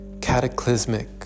cataclysmic